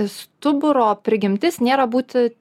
stuburo prigimtis nėra būti